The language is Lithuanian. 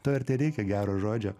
to ir tereikia gero žodžio